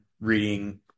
reading